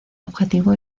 objetivo